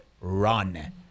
run